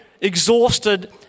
exhausted